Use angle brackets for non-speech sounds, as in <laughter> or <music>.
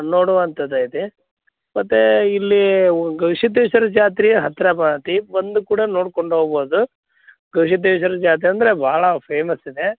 ನೋಡುವಂಥದ್ದು ಐತಿ ಮತ್ತು ಇಲ್ಲಿ ಗವಿಸಿದ್ಧೇಶ್ವರ ಜಾತ್ರೆ ಹತ್ತಿರ <unintelligible> ಬಂದು ಕೂಡ ನೋಡ್ಕೊಂಡು ಹೋಗ್ಬೋದು ಗವಿಸಿದ್ಧೇಶ್ವರ ಜಾತ್ರೆ ಅಂದರೆ ಭಾಳ ಫೇಮಸ್ ಇದೆ